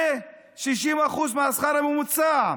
זה 60% מהשכר הממוצע,